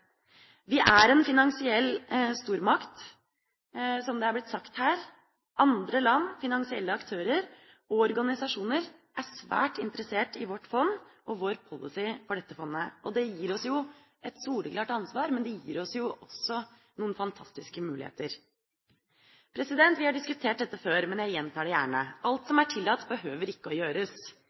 Vi er en finansiell stormakt, som det er blitt sagt her, og andre land, finansielle aktører og organisasjoner er svært interessert i vårt fond og vår policy for dette fondet. Det gir oss et soleklart ansvar, men det gir oss jo også noen fantastiske muligheter. Vi har diskutert dette før, men jeg gjentar det gjerne: Alt som er tillatt behøver ikke å gjøres.